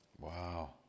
Wow